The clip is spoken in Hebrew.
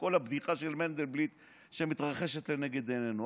כל הבדיחה של מנדלבליט שמתרחשת לנגד עינינו.